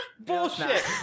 Bullshit